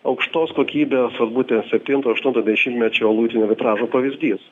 aukštos kokybės vat būtent septinto aštunto dešimtmečio luitinio vitražo pavyzdys